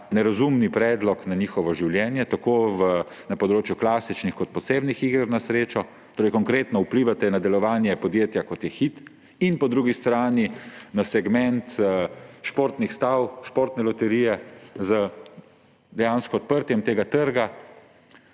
nerazumni predlog, tako na področju klasičnih kot posebnih iger na srečo. Torej konkretno vplivate na delovanje podjetja, kot je Hit, in po drugi strani na segment športnih stav, Športne loterije, dejansko z odprtjem tega trga,